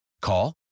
Call